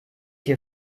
hier